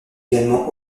également